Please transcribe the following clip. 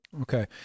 Okay